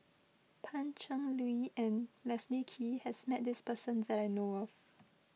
Pan Cheng Lui and Leslie Kee has met this person that I know of